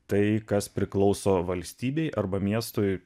tai kas priklauso valstybei arba miestui